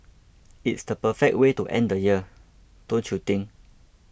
it's the perfect way to end the year don't you think